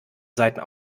saiten